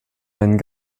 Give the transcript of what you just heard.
einen